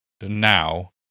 now